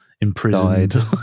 Imprisoned